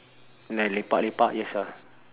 like lepak lepak yes ah